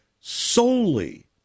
solely